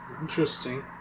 Interesting